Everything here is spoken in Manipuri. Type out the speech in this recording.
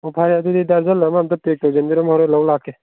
ꯑꯣ ꯐꯔꯦ ꯑꯗꯨꯗꯤ ꯗꯔꯓꯟ ꯑꯃ ꯑꯝꯇ ꯄꯦꯛ ꯇꯧꯁꯤꯟꯕꯤꯔꯝꯃꯣ ꯍꯣꯔꯦꯟ ꯂꯧꯕ ꯂꯥꯛꯀꯦ